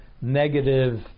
negative